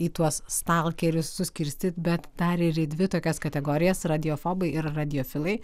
į tuos stalkerius suskirstyt bet dar ir į dvi tokias kategorijas radiofobai ir radiofilai